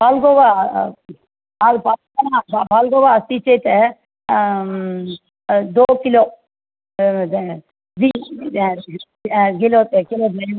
पाल्कोवा पाल् पाल् पाल्कोवा अस्ति चेत् दो किलो द् द्वि किलो किलोद्वयं